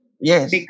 Yes